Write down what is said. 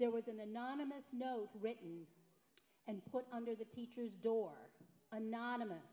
there was an anonymous note written and put under the teacher's door anonym